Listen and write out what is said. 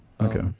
okay